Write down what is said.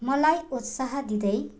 मलई उत्साह दिँदै